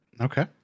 Okay